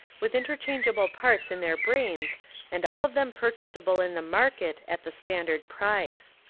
with interchangeable parts in their brains and all of them purchasable in the mar ket at the standard price.